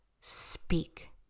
speak